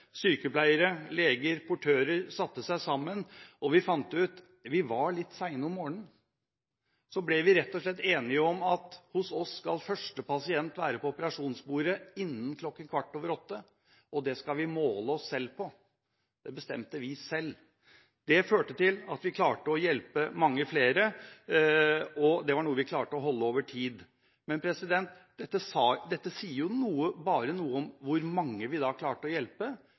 Sykepleiere, leger og portører satte seg sammen, og vi fant ut at vi var litt sene om morgenen. Så ble vi rett og slett enige om at hos oss skal første pasient være på operasjonsbordet innen kl. 08.15, og det skal vi måle oss selv på. Det bestemte vi selv. Det førte til at vi klarte å hjelpe mange flere, og det var noe vi klarte å holde over tid. Dette sier bare noe om hvor mange vi klarte å hjelpe.